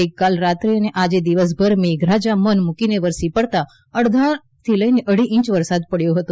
ગઈરાતે અને આજે દિવસભર મેઘરાજા મન મૂકીને વરસી પડતા અડધાથી લઇ અઢી ઈંચ વરસાદ પડયો હતો